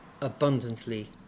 abundantly